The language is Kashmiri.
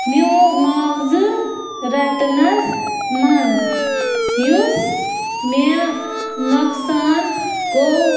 میٛون معاوضہٕ رٹنَس منٛز یُس مےٚ نۄقصان گوٚو